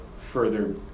further